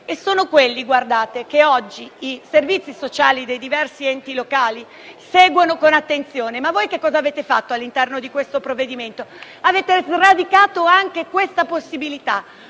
Sono quelli che oggi i servizi sociali dei diversi enti locali seguono con attenzione. Che cosa avete fatto all'interno di questo provvedimento? Avete sradicato anche questa possibilità: